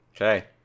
Okay